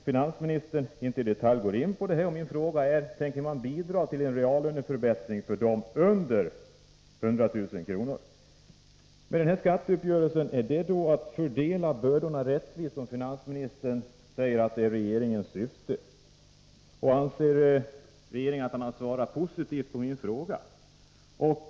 Finansministern går ju inte i detalj in på detta, och min fråga är: Tänker regeringen bidra till en reallöneförbättring för dem som har under 100 000 kr. i årsinkomst? Innebär skatteuppgörelsen att man fördelar bördorna rättvist, vilket finansministern säger är regeringens syfte? Anser finansministern att han svarat positivt på min fråga?